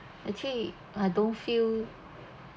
actually I don't feel